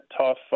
tough